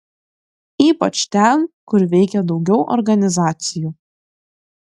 ypač ten kur veikė daugiau organizacijų